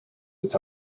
its